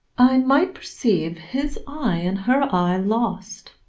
i might perceive his eye in her eye lost,